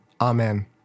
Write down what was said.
Amen